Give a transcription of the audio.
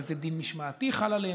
איזה דין משמעתי חל עליהם.